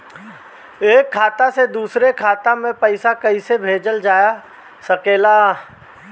एक खाता से दूसरे खाता मे पइसा कईसे भेजल जा सकेला?